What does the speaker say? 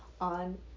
on